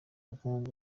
ubukungu